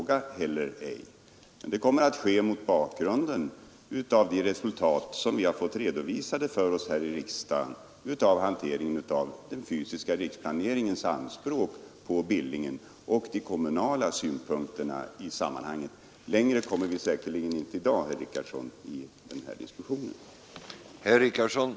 Och det beslutet kommer att fattas mot bakgrund av de resultat som vi här i riksdagen har fått redovisade för oss rörande den fysiska riksplaneringens anspråk på Billingen och de kommunala synpunkterna i sammanhanget. Längre kommer vi säkerligen inte i denna diskussion i dag, herr Richardson.